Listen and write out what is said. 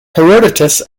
herodotus